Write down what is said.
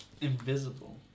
Invisible